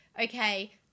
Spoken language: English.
Okay